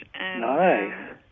Nice